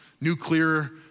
nuclear